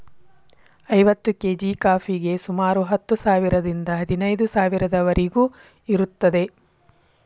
ಐವತ್ತು ಕೇಜಿ ಕಾಫಿಗೆ ಸುಮಾರು ಹತ್ತು ಸಾವಿರದಿಂದ ಹದಿನೈದು ಸಾವಿರದವರಿಗೂ ಇರುತ್ತದೆ